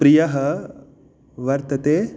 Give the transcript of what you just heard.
प्रियः वर्तते